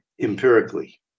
empirically